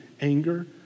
anger